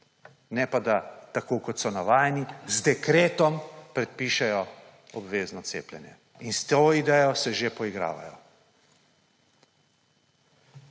Ne pa, da, tako kot so navajeni, z dekretom predpišejo obvezno cepljenje. In s to idejo se že poigravajo.